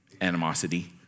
animosity